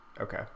okay